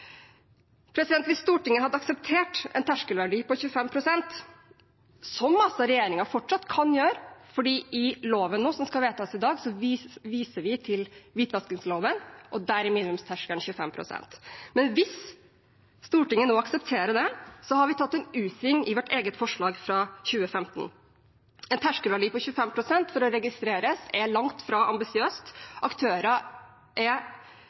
Hvis Stortinget aksepterer en terskelverdi på 25 pst. – som regjeringen fortsatt kan gjøre, for i loven som skal vedtas i dag, viser vi til hvitvaskingsloven, og der er minimumsterskelen 25 pst. – har vi tatt en u-sving når det gjelder vårt eget forslag fra 2015. En terskelverdi på 25 pst. for å registreres er langt fra